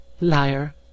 Liar